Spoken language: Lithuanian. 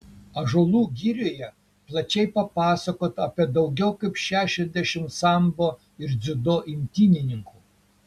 ąžuolų girioje plačiai papasakota apie daugiau kaip šešiasdešimt sambo ir dziudo imtynininkų